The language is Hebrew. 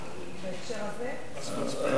אפשר להעיר הערה בהקשר הזה?